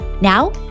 Now